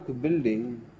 building